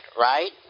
right